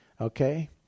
okay